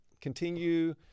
continue